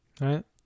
Right